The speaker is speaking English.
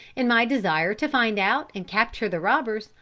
in my desire to find out and capture the robbers,